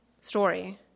story